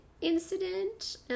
incident